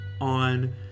on